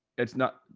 it's not,